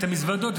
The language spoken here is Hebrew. את המזוודות,